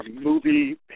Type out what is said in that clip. movie